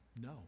No